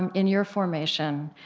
and in your formation,